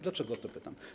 Dlaczego o to pytam?